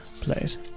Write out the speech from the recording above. place